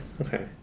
okay